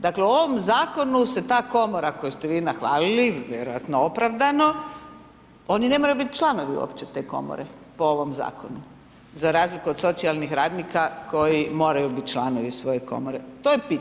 Dakle u ovom Zakonu se ta Komora, koju ste vi nahvalili, vjerojatno opravdano, oni ne moraju biti članovi uopće te Komore po ovom Zakonu, za razliku od socijalnih radnika koji moraju biti članovi svoje Komore, to je pitanje.